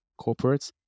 corporates